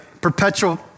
perpetual